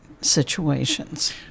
situations